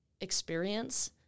experience